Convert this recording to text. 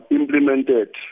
implemented